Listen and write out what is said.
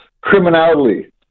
criminality